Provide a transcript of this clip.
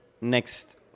next